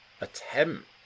attempt